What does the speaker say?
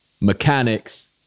mechanics